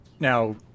Now